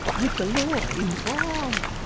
with the law involved.